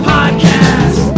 Podcast